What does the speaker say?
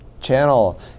channel